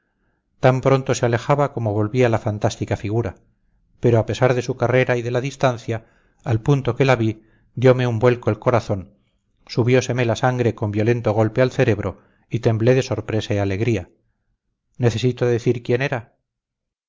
tan pronto se alejaba como volvía la fantástica figura pero a pesar de su carrera y de la distancia al punto que la vi diome un vuelco el corazón subióseme la sangre con violento golpe al cerebro y temblé de sorpresa y alegría necesito decir quién era